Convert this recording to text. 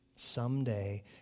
Someday